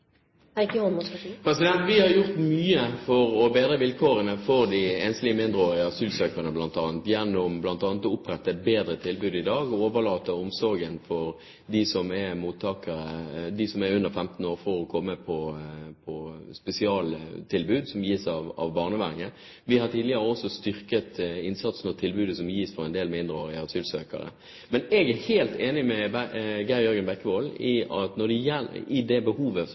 Vi har gjort mye for å bedre vilkårene for de enslige mindreårige asylsøkerne, gjennom bl.a. å opprette et bedre tilbud i dag og overføre omsorgen for dem som er under 15 år, slik at de får et spesialtilbud som gis av barnevernet. Vi har tidligere også styrket innsatsen og tilbudet som gis for en del mindreårige asylsøkere. Men jeg er helt enig med Geir Jørgen Bekkevold med hensyn til behovet for å få på plass en vergeordning. Det er en av de tingene som jeg vil prioritere at vi jobber med i